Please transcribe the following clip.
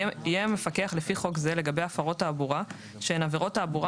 יהיה מפקח לפי חוק זה לגבי הפרות תעבורה שהן עבירות תעבורה